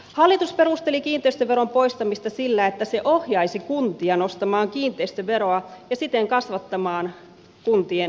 hallitus perusteli kiinteistöveron poistamista sillä että se ohjaisi kuntia nostamaan kiinteistöveroa ja siten kasvattamaan kuntien verotuloja